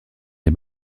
des